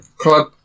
Club